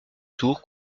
tour